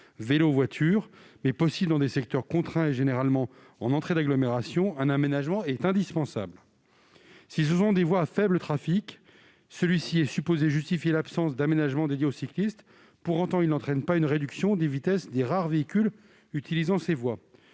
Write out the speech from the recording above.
vélos et voitures, mais possible dans des secteurs contraints et généralement en entrée d'agglomération, un aménagement est indispensable. Si ce sont des voies à faible trafic, celui-ci est supposé justifier l'absence d'aménagement dédié aux cyclistes. Pour autant, il n'entraîne pas une réduction des vitesses des rares véhicules utilisant ces voies.